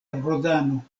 rodano